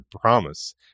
promise